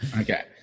Okay